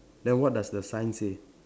then what does the sign say